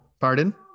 Pardon